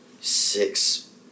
six